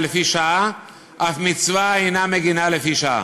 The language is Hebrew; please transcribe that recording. לפי שעה אף מצווה אינה מגינה אלא לפי שעה,